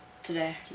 Today